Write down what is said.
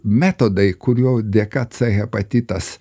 metodai kurių dėka c hepatitas